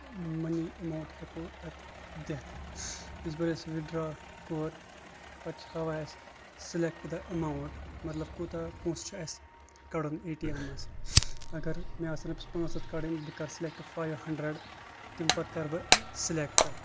money amount ہٮ۪کو تَتھ دِتھ یَژ پھِر أسۍ وِدڈرٛا کوٚر پَتہٕ چھِ ہاوان اَسہِ سِلٮ۪کٹ دَ اٮ۪ماوُنٛٹ مطلب کوٗتاہ پونٛسہِ چھِ اَسہِ کَڑُن اے ٹی اٮ۪م مَنٛز اگر مےٚ آسن رۄپیَس پانٛژھ ہَتھ کَڑٕنۍ بہٕ کَرٕ سِلٮ۪کٹ فایو ہَنٛڈرَنٛڈ تِمہٕ پَتہٕ کَرٕ بہٕ سِلیکٹ